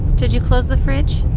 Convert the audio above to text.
did you close the fridge